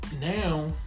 Now